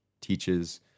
teaches